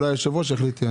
היה תוהו ובוהו.